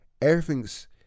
everything's